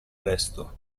resto